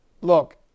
Look